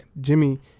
Jimmy